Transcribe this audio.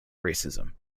racism